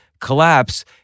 collapse